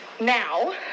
now